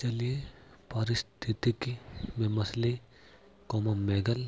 जलीय पारिस्थितिकी में मछली, मेधल